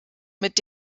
mit